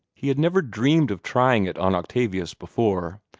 he had never dreamed of trying it on octavius before,